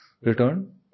return